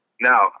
Now